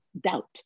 doubt